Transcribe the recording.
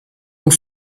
und